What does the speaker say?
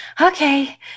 okay